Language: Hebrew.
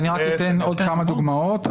אני